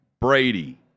Brady